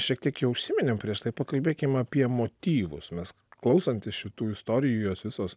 šiek tiek jau užsiminėm prieš tai pakalbėkim apie motyvus nes klausantis šitų istorijų jos visos